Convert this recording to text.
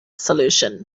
solution